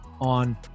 on